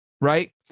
right